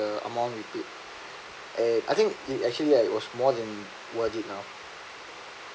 the amount with it uh I think it actually it was more than worth it lah